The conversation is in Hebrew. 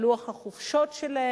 על לוח החופשות שלהן,